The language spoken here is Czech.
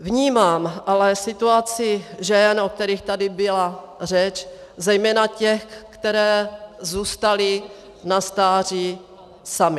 Vnímám ale situaci žen, o kterých tady byla řeč, zejména těch, které zůstaly na stáří samy.